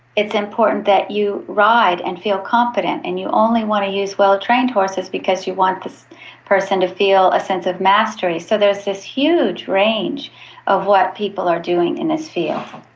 it's important that you ride and feel competent, and you only want to use well-trained horses because you want this person to feel a sense of mastery. so there's this huge range of what people are doing in this field.